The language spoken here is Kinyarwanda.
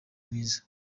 mwiza